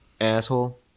asshole